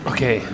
Okay